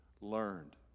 learned